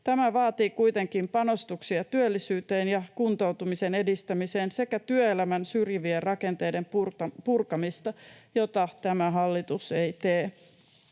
Tämä vaatii kuitenkin panostuksia työllisyyteen ja kuntoutumisen edistämiseen sekä työelämän syrjivien rakenteiden purkamista, mitä tämä hallitus ei tee.